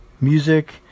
music